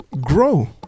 grow